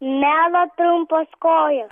melo trumpos kojos